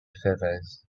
feathers